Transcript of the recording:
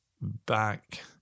back